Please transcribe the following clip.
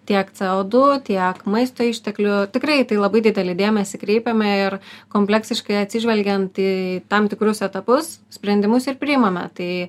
tiek c o du tiek maisto išteklių tikrai tai labai didelį dėmesį kreipiame ir kompleksiškai atsižvelgiant į tam tikrus etapus sprendimus ir priimame tai